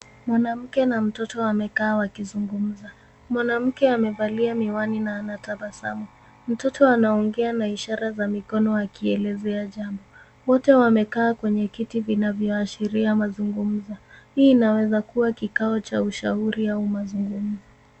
Mwanamke na mtoto wamekaa wakizungumza. Mwanamke amevalia miwani na anatabasamu. Mtoto anaongea na ishara za mikono akielezea jambo. Wote wamekaa kwenye kiti vinavyoashiria mazungumzo. Hii inaweza kuwa kikao cha ushauri au mazungumzo.